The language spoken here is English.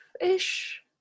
ish